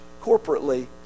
corporately